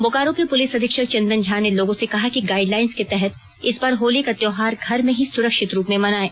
बोकारो के पुलिस अधीक्षक चंदन झा ने लोगों से कहा कि गाइडलाइंस के तहत इस बार होली का त्यौहार घर में ही सुरक्षित रूप से मनाये